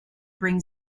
bring